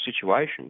situation